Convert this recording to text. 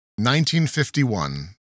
1951